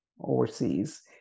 overseas